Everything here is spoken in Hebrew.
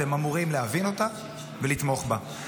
אתם אמורים להבין אותה ולתמוך בה.